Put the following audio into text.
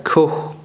চাক্ষুষ